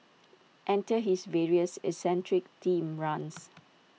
enter his various eccentric themed runs